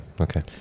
Okay